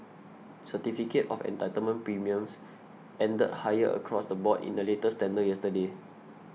certificate of entitlement premiums ended higher across the board in the latest tender yesterday